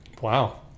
Wow